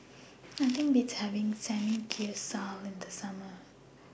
Nothing Beats having Samgyeopsal in The Summer